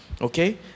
Okay